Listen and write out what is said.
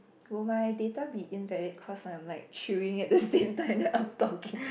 will my data be invalid because I am like chewing at the same time I am talking